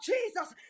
Jesus